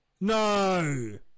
No